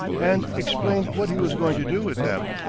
and explained what he was going to do with them.